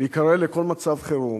להיקרא לכל מצב חירום,